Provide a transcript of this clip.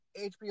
HBO